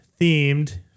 Themed